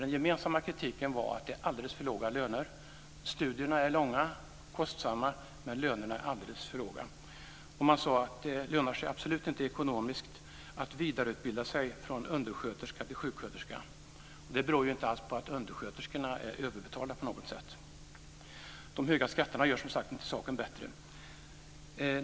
Den gemensamma kritiken var att det är alldeles för låga löner. Studierna är långa och kostsamma, men lönerna är alldeles för låga. Man sade att det absolut inte lönar sig ekonomiskt att vidareutbilda sig från undersköterska till sjuksköterska. Och det beror ju inte alls på att undersköterskorna är överbetalda på något sätt. De höga skatterna gör som sagt inte saken bättre.